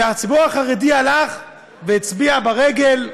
והציבור החרדי הלך והצביע ברגל,